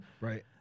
Right